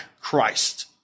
Christ